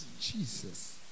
Jesus